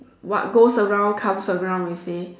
what goes around comes around you see